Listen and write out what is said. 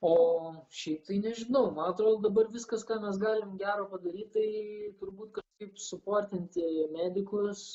o šiaip tai nežinau man atrodo dabar viskas ką mes galim gero padaryt tai turbūt taip suportinti medikus